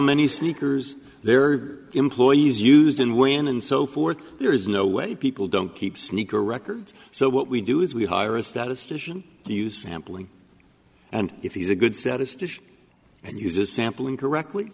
many sneakers their employees used and when and so forth there is no way people don't keep sneaker records so what we do is we hire a statistician do you sampling and if he's a good statistician and uses sampling correctly